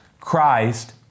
Christ